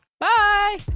Bye